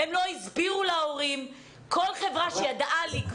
הם לא הסבירו להורים.